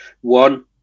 One